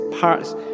parts